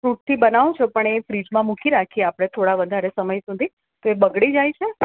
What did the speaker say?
ફ્રૂટથી બનાવો છો પણ એ ફ્રીજમાં મૂકી રાખીએ આપણે થોડાં વધારે સમય સુધી તે બગડી જાય છે